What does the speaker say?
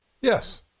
Yes